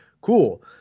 cool